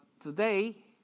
today